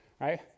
right